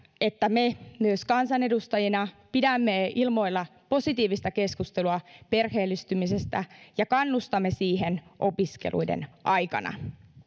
että me myös kansanedustajina pidämme ilmoilla positiivista keskustelua perheellistymisestä ja kannustamme siihen opiskeluiden aikana